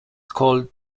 called